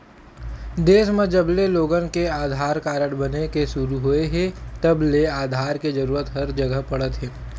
देस म जबले लोगन के आधार कारड बने के सुरू होए हे तब ले आधार के जरूरत हर जघा पड़त हे